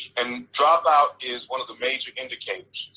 and drop out is one of the major indicators.